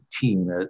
team